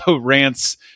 rants